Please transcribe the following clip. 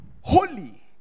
Holy